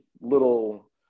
little